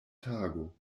tago